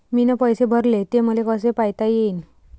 मीन पैसे भरले, ते मले कसे पायता येईन?